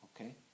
Okay